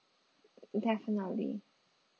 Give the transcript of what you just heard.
definitely